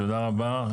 תודה רבה.